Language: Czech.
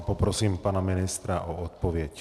Poprosím pana ministra o odpověď.